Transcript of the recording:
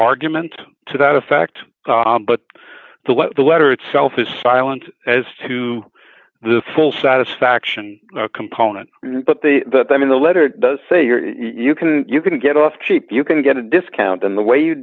argument to that effect but the what the letter itself is silent as to the full satisfaction component but the that i mean the letter does say you're you can you can get off cheap you can get a discount on the way you